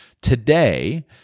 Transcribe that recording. today